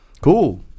cool